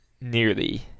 nearly